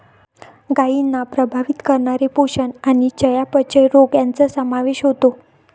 गायींना प्रभावित करणारे पोषण आणि चयापचय रोग यांचा समावेश होतो